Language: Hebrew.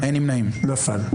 נפל.